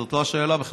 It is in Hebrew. זאת לא השאלה בכלל,